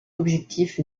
objectif